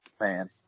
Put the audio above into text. Man